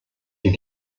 die